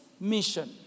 mission